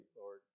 Lord